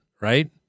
right